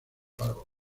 paró